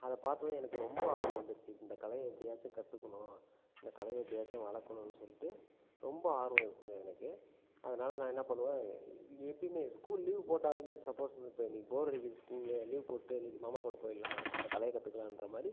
அதை பார்த்ததும் எனக்கு ரொம்ப ஆர்வம் வந்துடுச்சு இந்த கலையை எப்படியாச்சும் கற்றுக்கணும் இந்த கலையை எப்படியாச்சும் வளர்க்கணும்னு சொல்லிட்டு ரொம்ப ஆர்வம் இருக்குதுங்க எனக்கு அதனால் நான் என்ன பண்ணுவேன் எப்பவுமே ஸ்கூல் லீவு போட்டாலுமே சப்போஸ் இன்றைக்கு போர் அடிக்குது ஸ்கூலு லீவ் போட்டுவிட்டு இன்றைக்கு மாமா கூட போய்விடலாம் அந்த கலையை கற்றுக்கலாம்ன்ற மாதிரி